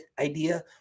idea